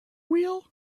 wheel